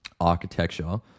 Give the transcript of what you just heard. architecture